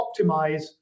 optimize